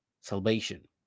salvation